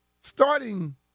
starting